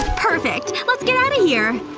perfect! let's get out of here